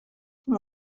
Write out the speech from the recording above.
توی